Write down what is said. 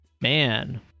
man